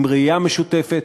עם ראייה משותפת,